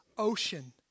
ocean